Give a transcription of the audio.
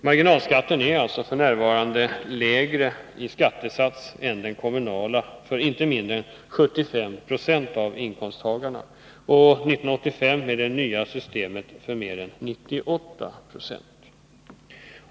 Statsskatten är alltså f. n. lägre än den kommunala för inte mindre än 75 Yo avinkomsttagarna och 1985 med det nya systemet för mer än 98 26.